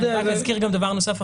ואני רק אזכיר גם דבר נוסף,